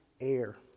air